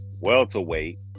welterweight